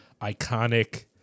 iconic